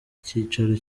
cyiciro